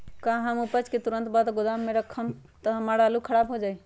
का हम उपज के तुरंत बाद गोदाम में रखम त हमार आलू खराब हो जाइ?